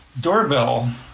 doorbell